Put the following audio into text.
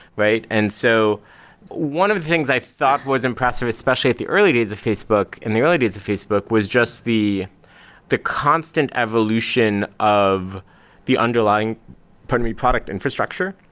right? and so one of the things i thought was impressive, especially at the early days of facebook, in the early days of facebook was just the the constant evolution of the underlying primary product infrastructure.